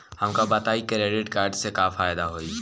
हमका बताई credit card से का फायदा होई?